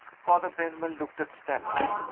father benwell looked at stella.